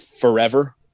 forever